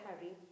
Harry